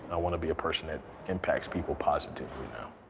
i want to be a person that impacts people positively now.